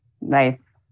Nice